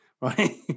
right